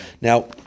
Now